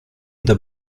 the